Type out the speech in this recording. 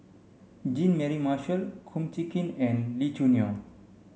Jean Mary Marshall Kum Chee Kin and Lee Choo Neo